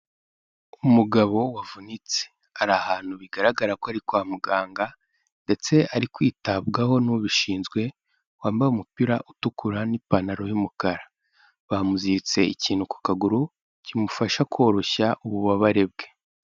Umugabo wavunitse, ari ahantu bigaragara ko ari kwa muganga ndetse ari kwitabwaho n'ubishinzwe, wambaye umupira utukura n'ipantaro y'umukara, bamuziritse ikintu ku kaguru, kimufasha koroshya ububabare bwe.